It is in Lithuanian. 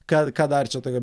ką ką dar čia tokio